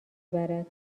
برد